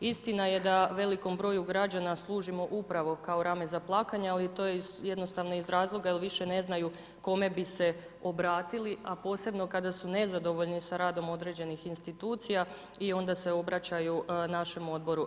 Istina je da velikom broju građana služimo upravo kao rame za plakanje, ali to je jednostavno iz razloga, jer više ne znaju kome bi se obratili, a posebno kada su nezadovoljni sa radom određenih institucija i onda se obraćaju našem odboru.